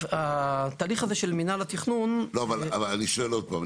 אבל אני שואל עוד פעם,